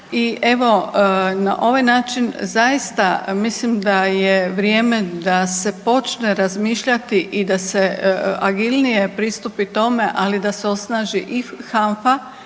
i evo na ovaj način zaista mislim da je vrijeme da se počne razmišljati i da se agilnije pristupit tome, ali da se osnaži i HANFA.